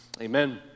amen